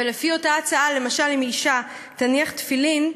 ולפי אותה הצעה, למשל, אם אישה תניח תפילין,